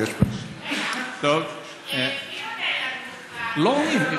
לא עונים.